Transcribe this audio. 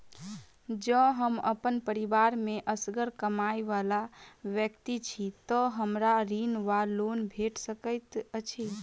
जँ हम अप्पन परिवार मे असगर कमाई वला व्यक्ति छी तऽ हमरा ऋण वा लोन भेट सकैत अछि?